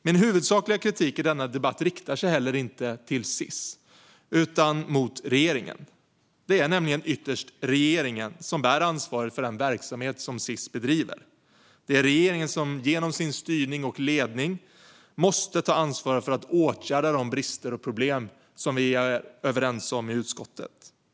Min huvudsakliga kritik i denna debatt riktar sig heller inte mot Sis utan mot regeringen. Det är nämligen ytterst regeringen som bär ansvaret för den verksamhet som bedrivs inom Sis. Det är regeringen som genom sin styrning och ledning måste ta ansvar för att åtgärda de brister och problem som finns, vilket vi är överens om i utskottet.